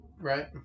Right